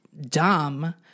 dumb